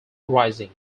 rising